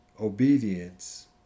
obedience